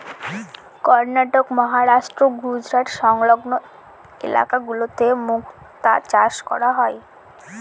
কর্ণাটক, মহারাষ্ট্র, গুজরাট সংলগ্ন ইলাকা গুলোতে মুক্তা চাষ করা হয়